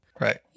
Right